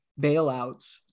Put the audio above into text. bailouts